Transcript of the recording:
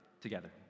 together